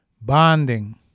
bonding